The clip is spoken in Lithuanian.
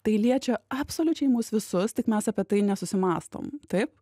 tai liečia absoliučiai mus visus tik mes apie tai nesusimąstom taip